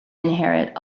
inherit